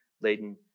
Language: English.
laden